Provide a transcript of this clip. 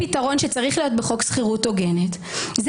פתרון שצריך להיות בחוק שכירות הוגנת הוא